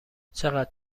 چقدر